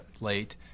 late